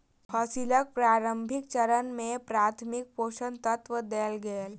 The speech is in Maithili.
फसीलक प्रारंभिक चरण में प्राथमिक पोषक तत्व देल गेल